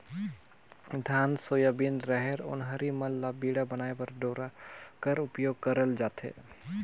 धान, सोयाबीन, रहेर, ओन्हारी मन ल बीड़ा बनाए बर डोरा कर उपियोग करल जाथे